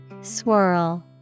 Swirl